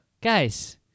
Guys